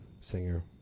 singer